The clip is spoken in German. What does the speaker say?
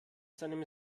seinem